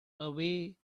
away